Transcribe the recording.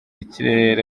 ikirere